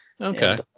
Okay